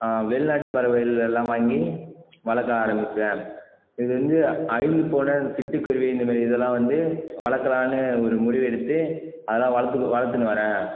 வெளிநாட்டுப் பறவைகள் எல்லாம் வாங்கி வளர்க்க ஆரம்பித்தேன் இது வந்து அழிந்துப் போன இந்த சிட்டுக்குருவி இந்தமாரி இதெலாம் வந்து வளக்கலானம்னு ஒரு முடிவு எடுத்து அதெல்லாம் வளர்த்துக்கு வளர்த்துன்னு வரேன்